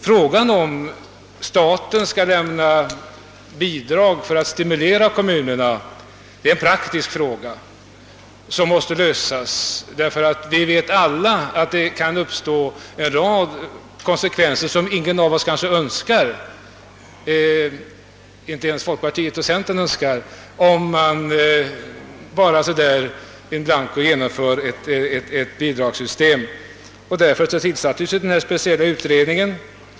Huruvida staten skall lämna bidrag för att stimulera kommunerna är en praktisk fråga som måste lösas, därför att vi vet alla att det kan uppstå en mängd konsekvenser som kanske ingen av oss önskar — inte ens folkpartiet och centerpartiet — om man så där in blanco genomför .ett bidragssystem. Därför till sattes denna speciella utredning.